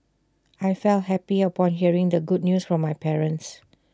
I felt happy upon hearing the good news from my parents